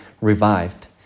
revived